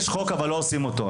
יש חוק אבל לא עושים אותו.